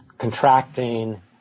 contracting